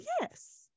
yes